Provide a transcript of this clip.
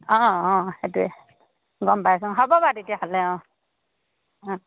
অঁ অঁ সেইটোৱে গম পাইছো হ'ব বাৰু তেতিয়াহ'লে অঁ অঁ